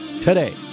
today